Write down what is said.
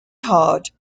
hard